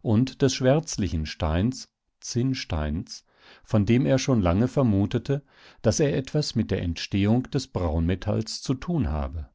und des schwärzlichen steins zinnsteins von dem er schon lange vermutete daß er etwas mit der entstehung des braunmetalls zu tun habe